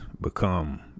become